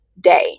day